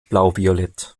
blauviolett